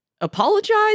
apologize